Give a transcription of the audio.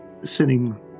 sitting